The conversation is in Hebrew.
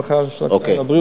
הרווחה והבריאות של הכנסת.